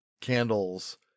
candles